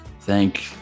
Thank